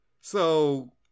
so-